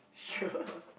sure